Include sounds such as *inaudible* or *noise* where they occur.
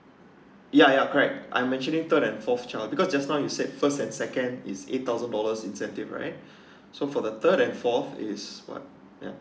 ya ya correct I'm actually third and fourth child because just now you say first and second is eight thousand dollars incentive right *breath* so for the third and forth is what yup